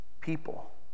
people